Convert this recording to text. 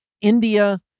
India